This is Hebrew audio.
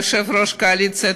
יושב-ראש הקואליציה,